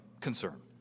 concern